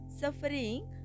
suffering